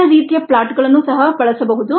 ಇತರ ರೀತಿಯ ಪ್ಲಾಟ್ಗಳನ್ನು ಸಹ ಬಳಸಬಹುದು